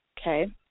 Okay